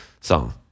Song